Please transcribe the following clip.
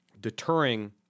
deterring